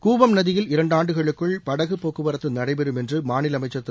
கூவம் நதியில் இரண்டாண்டுகளுக்குள் படகு போக்குவரத்து நடைபெறும் என்று மாநில அமைச்சர் திரு